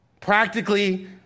Practically